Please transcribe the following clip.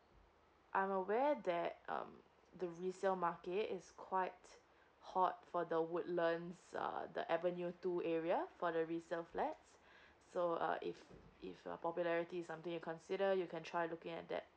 I'm aware that um the resale market is quite hot for the woodlands uh the avenue two area for the resale flat so uh if if a popularity something you consider you can try looking at that